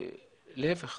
להיפך,